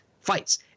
fights